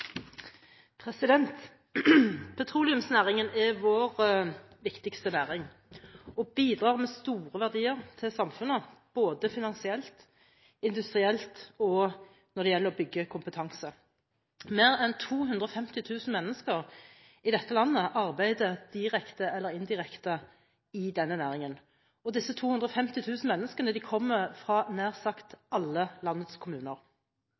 havområdet. Petroleumsnæringen er vår viktigste næring og bidrar med store verdier til samfunnet både finansielt, industrielt og når det gjelder å bygge kompetanse. Mer enn 250 000 mennesker i dette landet arbeider direkte eller indirekte i denne næringen, og disse 250 000 menneskene kommer fra, nær sagt, alle landets kommuner.